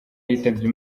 yitabye